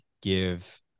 give